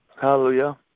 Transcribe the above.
hallelujah